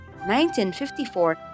1954